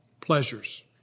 Pleasures